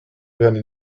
werden